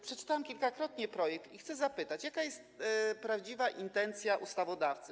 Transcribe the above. Przeczytałam kilkakrotnie projekt i chcę zapytać, jaka jest prawdziwa intencja ustawodawcy.